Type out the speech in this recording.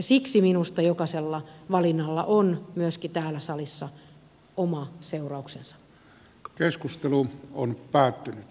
siksi minusta jokaisella valinnalla on myöskin täällä salissa oma seurauksensa